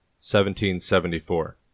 1774